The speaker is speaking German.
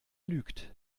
lügt